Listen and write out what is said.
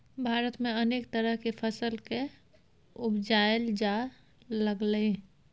भारत में अनेक तरह के फसल के उपजाएल जा लागलइ